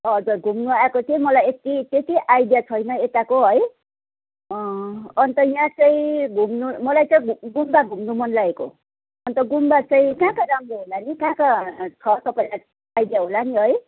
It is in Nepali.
हजुर घुम्नु आएको थिएँ मलाई यति त्यति आइडिया छैन यताको है अन्त यहाँ चाहिँ घुम्नु मलाई चाहिँ गुम्बा घुम्नु मन लागेको अन्त गुम्बा चाहिँ कहाँ कहाँ राम्रो होला नि कहाँ कहाँ छ तपाईँलाई आइडिया होला नि है